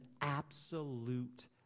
absolute